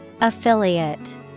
Affiliate